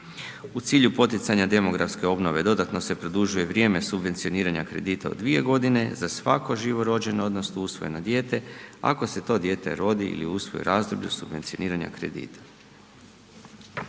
U cilju poticanja demografske obnove dodatno se produžuje vrijeme subvencioniranja kredita od 2 godine za svako živo rođeno, odnosno usvojeno dijete, ako se to dijete rodi ili usvoji u razdoblju subvencioniranja kredita.